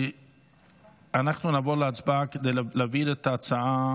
אנחנו נעבור להצבעה להעביר את ההצעה